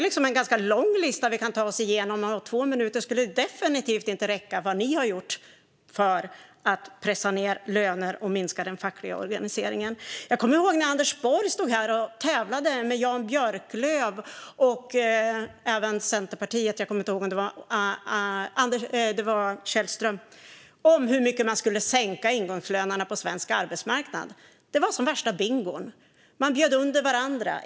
Listan är lång, och två minuter räcker definitivt inte för att återge vad ni har gjort för att pressa ned löner och minska den fackliga organiseringen. Jag kommer ihåg när Anders Borg tävlade med Jan Björklund och Centerns Emil Källström om hur mycket man skulle sänka ingångslönerna på svensk arbetsmarknad. Det var som värsta bingon där man bjöd under varandra.